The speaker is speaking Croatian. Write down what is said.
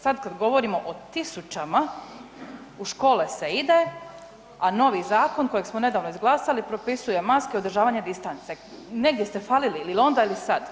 Sada kada govorimo o tisućama u škole se ide, a novi zakon kojeg smo nedavno izglasali propisuje maske, održavanje distance, negdje ste falili ili onda ili sada?